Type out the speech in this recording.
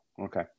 okay